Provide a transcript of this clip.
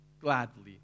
gladly